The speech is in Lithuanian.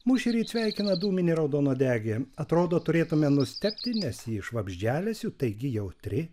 mus šįryt sveikina dūminė raudonuodegė atrodo turėtume nustebti nes ji iš vabzdžialesių taigi jautri